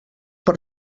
per